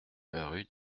rue